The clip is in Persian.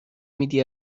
میدی